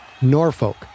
Norfolk